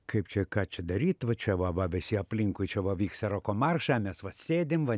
kaip čia ką čia daryt va čia va va visi aplinkui čia va vyksta roko maršai o mes vat sėdim va